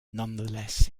nonetheless